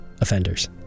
offenders